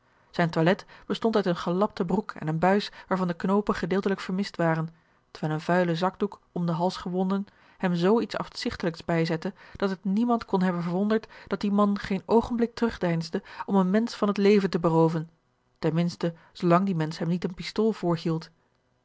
zijn toilet bestond uit eene gelapte broek en een buis waarvan de knoopen gedeeltelijk vermist waren terwijl een vuile zakdoek om den hals gewonden hem zoo iets afzigtelijks bijzette dat het niemand kon hebben verwonderd dat die man geen oogenblik terugdeinsde om een mensch van het leven te berooven ten minste zoolang die mensch hem niet eene pistool